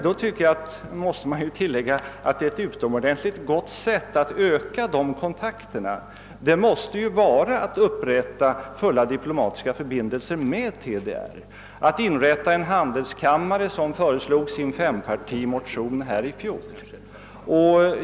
Då tycker jag man måste tillägga att ett utomordentligt gott sätt att öka de kontakterna är att upprätta fulla diplomatiska förbindelser med DDR och att inrätta en handelskammare i Östtyskland, såsom föreslogs i en fempartimotion i fjol.